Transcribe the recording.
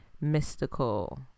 mystical